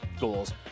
goals